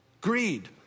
greed